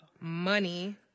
money